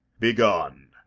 be gone!